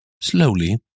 slowly